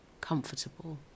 comfortable